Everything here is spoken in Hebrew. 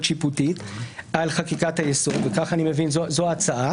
שיפוטית על חקיקת היסוד ואני מבין שזו ההצעה